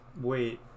Wait